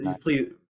Please